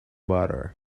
butter